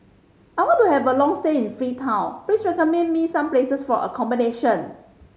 I want to have a long stay in Freetown please recommend me some places for accommodation